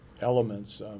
elements